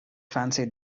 fancied